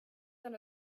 than